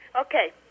Okay